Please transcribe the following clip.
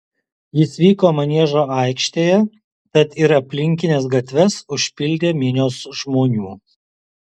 jis vyko maniežo aikštėje tad ir aplinkines gatves užpildė minios žmonių